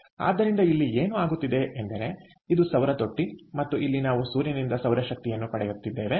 ಆದ್ದರಿಂದ ಇಲ್ಲಿ ಏನು ಆಗುತ್ತಿದೆ ಎಂದರೆ ಇದು ಸೌರ ತೊಟ್ಟಿ ಮತ್ತು ಇಲ್ಲಿ ನಾವು ಸೂರ್ಯನಿಂದ ಸೌರ ಶಕ್ತಿಯನ್ನು ಪಡೆಯುತ್ತಿದ್ದೇವೆ